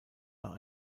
nach